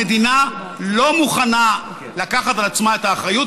המדינה לא מוכנה לקחת על עצמה את האחריות,